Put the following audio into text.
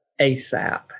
ASAP